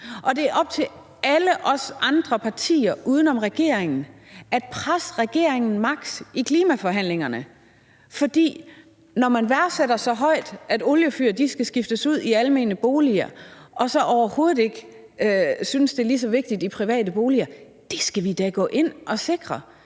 og op til alle os andre partier uden om regeringen at presse regeringen maks. i klimaforhandlingerne, for når man værdsætter så højt, at oliefyr skal skiftes ud i almene boliger, men overhovedet ikke synes, det er lige så vigtigt i private boliger, skal vi da gå ind og sikre